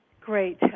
great